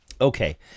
Okay